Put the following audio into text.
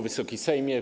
Wysoki Sejmie!